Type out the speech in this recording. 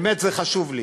באמת זה חשוב לי,